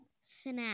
Snap